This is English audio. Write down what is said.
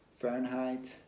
fahrenheit